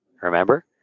remember